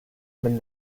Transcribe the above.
been